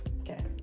Okay